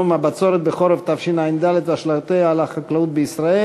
בנושא הבצורת בחורף תשע"ד והשלכותיה על החקלאות בישראל